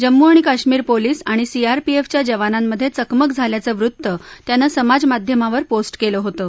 जम्मू आणि काश्मीर पोलिस आणि सीआरपीएफच्या जवानांमध्ये चकमक झाल्याचं वृत्त त्यानं समाज माध्यमावर पोस्ट केलं होतं